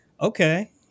Okay